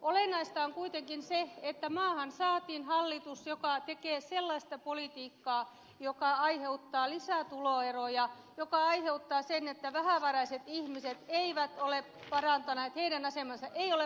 olennaista on kuitenkin se että maahan saatiin hallitus joka tekee sellaista politiikkaa joka aiheuttaa lisää tuloeroja ja joka aiheuttaa sen että vähävaraisten ihmisten asema ei ole parantunut